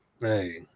Hey